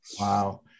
Wow